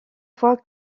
fois